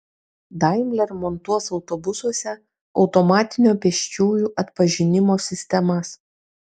daimler montuos autobusuose automatinio pėsčiųjų atpažinimo sistemas